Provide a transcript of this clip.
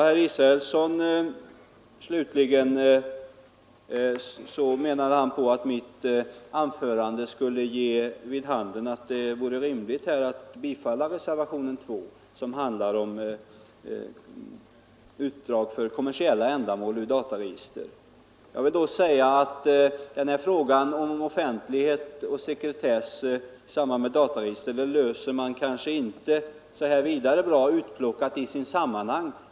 Herr Israelsson menade att mitt anförande skulle ge vid handen att det var rimligt att bifalla reservationen 2, som handlar om utdrag för kommersiella ändamål ur dataregister. Jag vill då säga att frågan om offentlighet och sekretess i samband med dataregister löser man inte vidare bra utplockad ur sitt sammanhang.